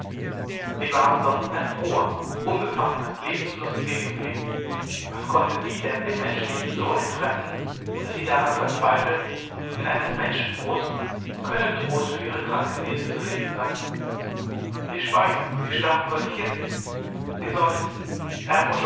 sie waren sonst ein froher unbefangener lebenslustiger jüngling was konnte sie denn dem menschlichen so entfremden daß sie daran verzweifeln in eines menschen brust könne trost für ihre kranke seele zu finden sein sie schweigen sie starren vor sich hin sie seufzen